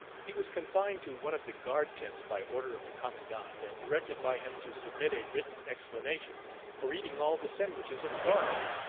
he was confined to one of the guard tents by order of the commandant, and directed by him to submit a written explanation for eating all the sandwiches of the guard.